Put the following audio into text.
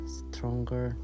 stronger